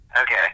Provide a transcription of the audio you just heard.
Okay